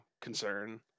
concern